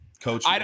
coach